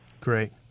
Great